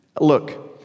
Look